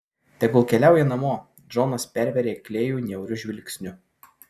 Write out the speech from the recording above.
tegul keliauja namo džonas pervėrė klėjų niauriu žvilgsniu